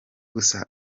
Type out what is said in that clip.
gusa